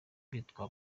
bitwa